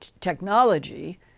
technology